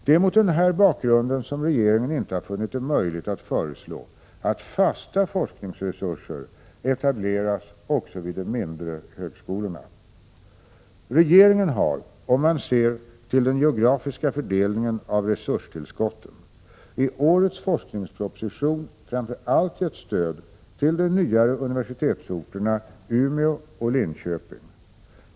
Det är mot den här bakgrunden som regeringen inte har funnit det möjligt att föreslå att fasta forskningsresurser etableras också vid de mindre högskolorna Regeringen har —- om man ser till den geografiska fördelningen av resurstillskotten — i årets forskningsproposition framför allt gett stöd till de nyare universitetsorterna Umeå och Linköping.